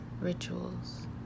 rituals